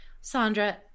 Sandra